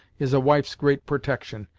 is a wife's great protection.